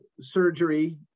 surgery